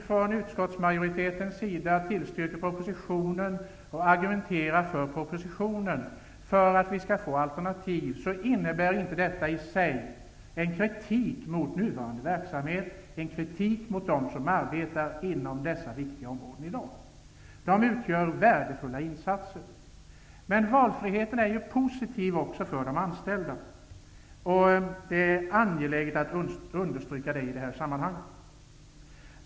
Från utskottsmajoritetens sida tillstyrker vi propositionen och argumenterar för den, för att vi skall få alternativ. Det innebär inte i sig en kritik mot nuvarande verksamhet och dem som arbetar inom dessa viktiga områden i dag. De gör värdefulla insatser. Men valfriheten är positiv också för de anställda. Det är angeläget att understryka i detta sammanhang.